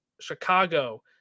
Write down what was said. Chicago